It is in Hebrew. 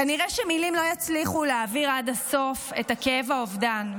כנראה שמילים לא יצליחו להעביר עד הסוף את הכאב והאובדן,